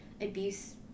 abuse